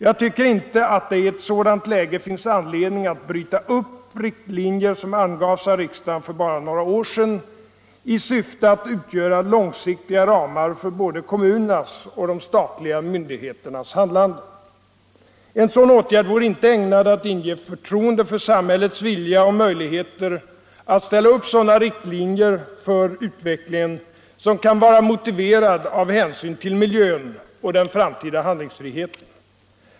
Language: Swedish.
Jag tycker inte att det i ett sådant läge finns anledning att bryta upp riktlinjer som angavs av riksdagen för bara några år sedan i syfte att utgöra långsiktiga ramar för både kommunernas och de statliga myndigheternas handlande. En dylik åtgärd vore inte ägnad att inge förtroende för samhällets vilja och möjligheter att ställa upp sådana riktlinjer för utvecklingen som kan vara motiverade av hänsyn till miljön och den framtida handlingsfriheten.